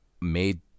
made